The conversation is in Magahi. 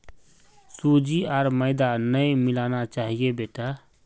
सूजी आर मैदा नई मिलाना चाहिए बेटा